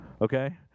okay